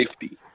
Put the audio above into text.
safety